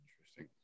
Interesting